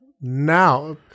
now